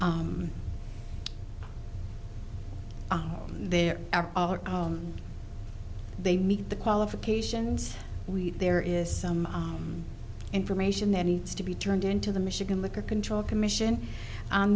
avenue there are they meet the qualifications week there is some information that needs to be turned into the michigan liquor control commission on